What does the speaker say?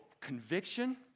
conviction